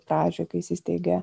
pradžioj kai įsisteigė